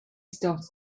started